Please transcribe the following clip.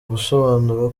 gusobanura